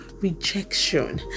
rejection